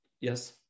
Yes